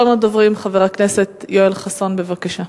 ראשון הדוברים, חבר הכנסת יואל חסון, בבקשה.